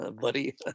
buddy